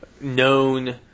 known